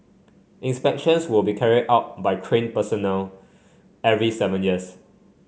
inspections will be carried out by trained personnel every seven years